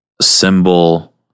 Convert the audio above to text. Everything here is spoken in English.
symbol